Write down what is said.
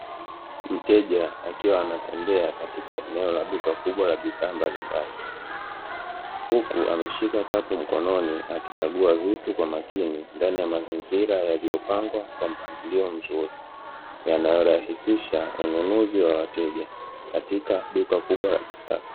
Mteja akiwa anatembea katika duka kubwa lenye bidhaa mbalimbali, huku ameshika kapu mkononi akichagua vitu kwa makini kwa mazingira yaliyopangwa kwa mpangilio mzuri yanayorahisisha ununuzi wa wateja katika mazingira ya kisasa.